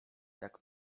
jak